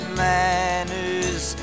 manners